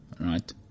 right